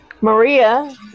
Maria